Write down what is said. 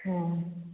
ꯑꯣ